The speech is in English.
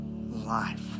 life